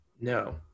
No